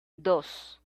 dos